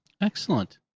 Excellent